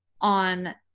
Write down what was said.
on